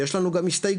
ויש לנו גם הסתייגויות,